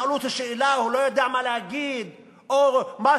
ששאלו אותו שאלה והוא לא ידע מה להגיד או משהו,